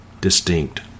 distinct